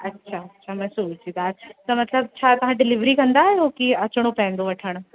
अच्छा अच्छा मसूर जी दालि त मतिलब छा तव्हां डिलीवरी कंदा आहियो की अचिणो पवंदो वठणु